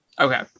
Okay